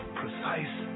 precise